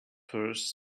firs